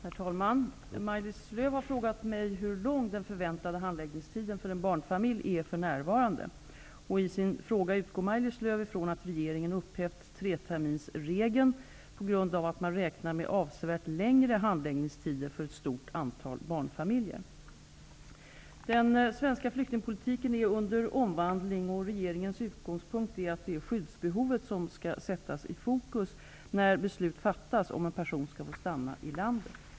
Herr talman! Maj-Lis Lööw har frågat mig hur lång den förväntade handläggningstiden för en barnfamilj är för närvarande. I sin fråga utgår Maj Lis Lööw från att regeringen upphävt treterminersregeln på grund av att man räknar med avsevärt längre handläggningstider för ett stort antal barnfamiljer. Den svenska flyktingpolitiken är under omvandling. Regeringens utgångspunkt är att skyddsbehovet skall sättas i fokus när beslut fattas om en person skall få stanna i landet.